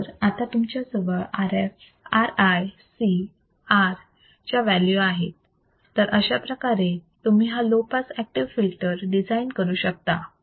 तर आता तुमच्याजवळ Rf Ri C R च्या व्हॅल्यू आहेत तर अशाप्रकारे तुम्ही हा low pass active filter design करू शकता